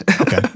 Okay